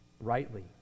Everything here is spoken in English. rightly